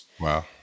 wow